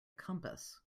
compass